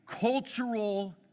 cultural